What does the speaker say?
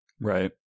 Right